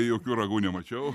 jokių ragų nemačiau